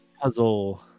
puzzle